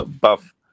buff